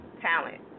talent